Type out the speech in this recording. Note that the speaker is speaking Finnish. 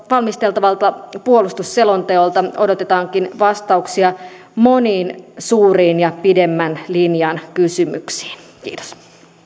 valmisteltavalta puolustusselonteolta odotetaankin vastauksia moniin suuriin ja pidemmän linjan kysymyksiin kiitos